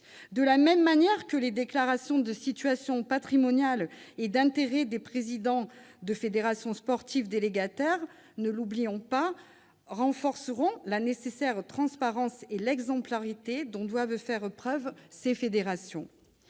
De la même manière, les déclarations de situations patrimoniales et d'intérêts des présidents de fédérations sportives délégataires- ne l'oublions pas -renforceront la nécessaire transparence et l'exemplarité dont doivent faire preuve ces fédérations.